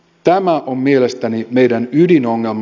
tämä on mielestäni meidän ydinongelma